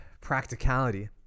practicality